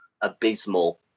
abysmal